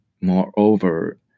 moreover